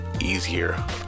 easier